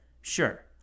sure